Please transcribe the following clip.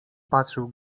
patrzył